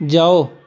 ਜਾਓ